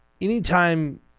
anytime